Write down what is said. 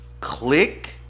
Click